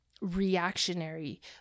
reactionary